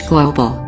Global